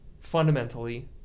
fundamentally